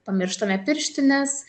pamirštame pirštines